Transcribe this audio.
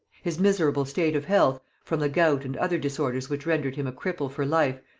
his miserable state of health, from the gout and other disorders which rendered him a cripple for life,